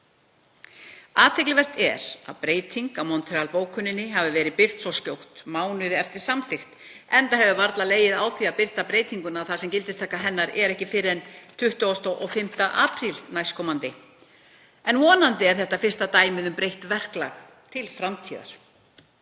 Athyglisvert er að breyting á Montreal-bókuninni hafi verið birt svo skjótt, mánuði eftir samþykkt, enda hefur varla legið á því að birta breytinguna þar sem gildistaka hennar er ekki fyrr en 25. apríl næstkomandi. Vonandi er þetta fyrsta dæmið um breytt verklag til framtíðar